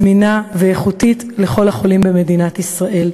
זמינה ואיכותית לכל החולים במדינת ישראל.